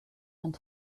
and